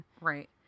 Right